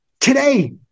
Today